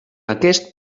aquest